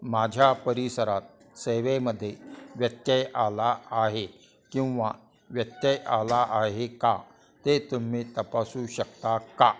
माझ्या परिसरात सेवेमध्ये व्यत्यय आला आहे किंवा व्यत्यय आला आहे का ते तुम्ही तपासू शकता का